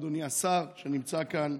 נכבדה, אדוני השר, שנמצא כאן,